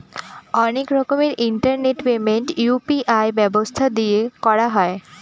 অনেক রকমের internet payment UPI ব্যবস্থা দিয়ে করা হয়